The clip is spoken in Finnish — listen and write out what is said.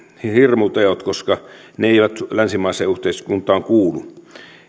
hirmuteot koska ne eivät länsimaiseen yhteiskuntaan kuulu